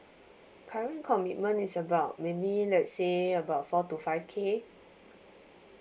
current commitment is about maybe let say about four to five K